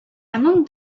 among